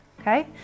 Okay